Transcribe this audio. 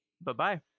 Bye-bye